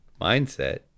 mindset